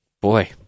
Boy